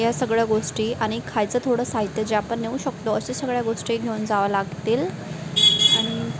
ह्या सगळ्या गोष्टी आणि खायचं थोडं साहित्य जे आपण नेऊ शकतो अशा सगळ्या गोष्टी घेऊन जावं लागतील आणि